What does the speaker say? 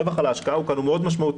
הרווח על ההשקעה כאן הוא מאוד משמעותי,